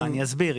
אני אסביר.